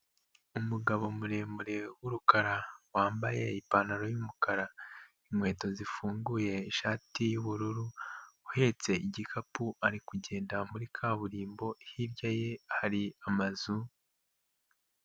Umugabo muremure w'urukara wambaye ipantaro y'umukara, inkweto zifunguye ishati y'ubururu, uhetse igikapu ari kugenda muri kaburimbo, hirya ye hari amazu.